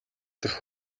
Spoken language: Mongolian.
дахь